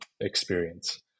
experience